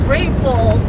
grateful